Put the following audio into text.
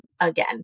again